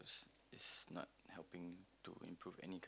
it's not helping to improve any kind of